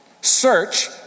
search